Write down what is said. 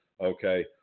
okay